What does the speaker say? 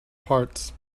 parts